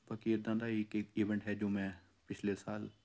ਬਾਕੀ ਇੱਦਾਂ ਦਾ ਹੀ ਇੱਕ ਇੱਕ ਈਵੈਂਟ ਹੈ ਜੋ ਮੈਂ ਪਿਛਲੇ ਸਾਲ